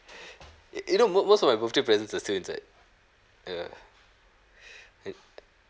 you you know most most of my birthday presents are still inside ya it